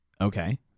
Okay